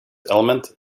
element